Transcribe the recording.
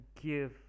give